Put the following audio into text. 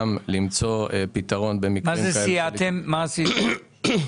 מה זה "סייענו"?